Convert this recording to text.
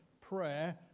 prayer